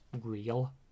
real